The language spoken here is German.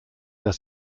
das